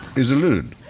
is a loon.